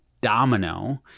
domino